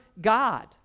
God